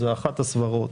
זו אחת הסברות.